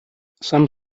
some